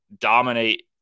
dominate